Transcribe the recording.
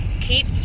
keep